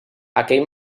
aquell